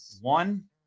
One